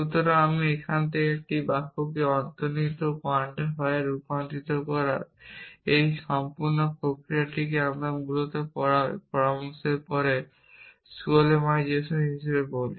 সুতরাং এখন থেকে একটি বাক্যকে অন্তর্নিহিত কোয়ান্টিফায়ারে রূপান্তর করার এই সম্পূর্ণ প্রক্রিয়াটিকে আমরা মূলত এই পরামর্শগুলির পরে skolemization হিসাবে বলি